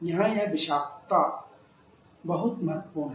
यहां वह विषाक्तता बहुत महत्वपूर्ण है